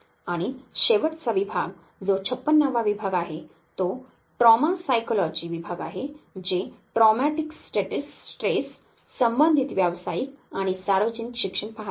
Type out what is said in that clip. आणि शेवटचा विभाग जो 56 विभाग आहे तो ट्रॉमा सायकॉलजी विभाग आहे जे ट्रौमटिक स्ट्रैस संबंधित व्यावसायिक आणि सार्वजनिक शिक्षण पाहते